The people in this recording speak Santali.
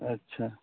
ᱟᱪᱪᱷᱟ